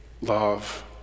love